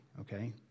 Okay